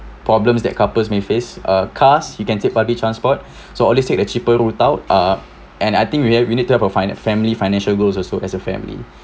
problems that couples may face uh cars you can take public transport so always take the cheaper route out uh and I think we have we need to have a finan~ family financial goals also as a family